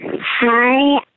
Hi